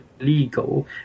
legal